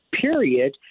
period